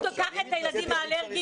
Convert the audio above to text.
האם תיקח את הסייעות מהילדים האלרגיים,